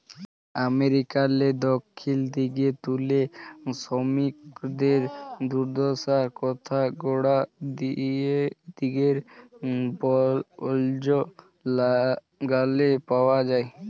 আমেরিকারলে দখ্খিল দিগে তুলে সমিকদের দুদ্দশার কথা গড়া দিগের বল্জ গালে পাউয়া যায়